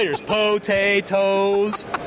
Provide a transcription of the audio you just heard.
Potatoes